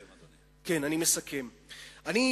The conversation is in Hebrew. נא לסכם, אדוני.